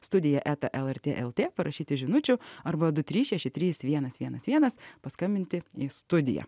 studija eta lrt lt parašyti žinučių arba du trys šeši trys vienas vienas vienas paskambinti į studiją